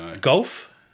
Golf